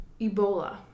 Ebola